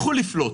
הזאת.